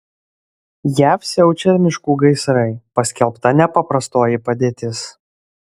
jav siaučia miškų gaisrai paskelbta nepaprastoji padėtis